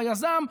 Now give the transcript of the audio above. של היזם.